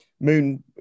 Moon